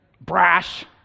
brash